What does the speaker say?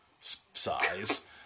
size